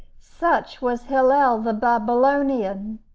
such was hillel the babylonian!